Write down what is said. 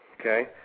Okay